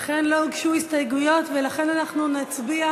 אכן לא הוגשו הסתייגויות, ולכן אנחנו נצביע